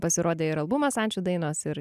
pasirodė ir albumas ančių dainos ir